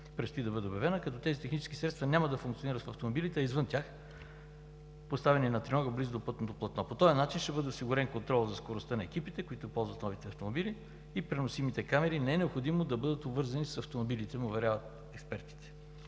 предстои да бъде обявена, като тези технически средства няма да функционират в автомобилите, а извън тях, поставени на тринога близо до пътното платно. По този начин ще бъде осигурен контрол за скоростта на екипите, които ползват новите автомобили и преносимите камери. Не е необходимо да бъдат обвързани с автомобилите, ме уверяват експертите.